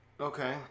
Okay